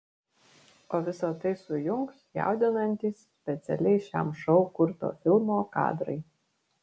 o visa tai sujungs jaudinantys specialiai šiam šou kurto filmo kadrai